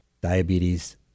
diabetes